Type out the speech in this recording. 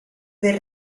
per